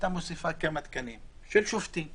הייתה מוסיפה כמה תקנים של שופטים.